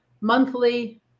monthly